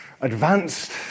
advanced